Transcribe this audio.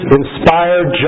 inspired